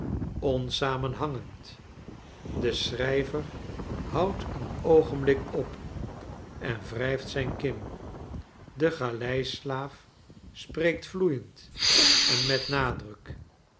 onsamenhangend de schrijver houdt een oogenblik op en wrijft zijne kin de galeislaaf spreekt vloeiend en met nadruk